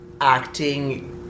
acting